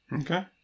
Okay